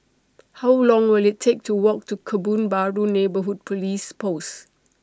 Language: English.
How Long Will IT Take to Walk to Kebun Baru Neighbourhood Police Post